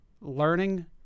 learning